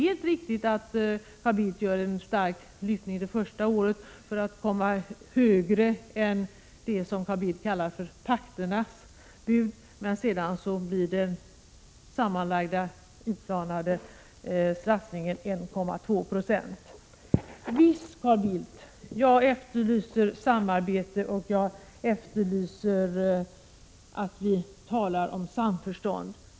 Det är helt riktigt att Carl Bildt gör en stark — 1 juni 1987 lyftning det första året för att komma högre än det som Carl Bildt kallar pakternas bud, men den sammanlagda, utplanade satsningen blir 1,2 96. Visst efterlyser jag samarbete, Carl Bildt, och jag efterlyser också att vi talar om samförstånd.